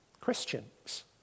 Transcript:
Christians